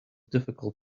difficult